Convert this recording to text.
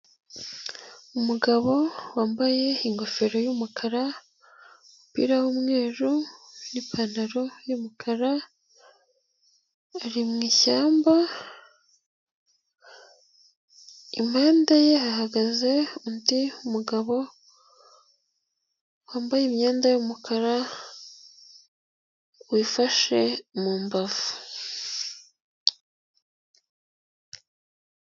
Umugabo wambaye ingofero y'umukara, umupira w'umweru n'ipantaro y'umukara ari mu ishyamba, impande ye hahagaze undi mugabo wambaye imyenda y'umukara wifashe mu mbavu.